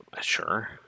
Sure